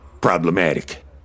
problematic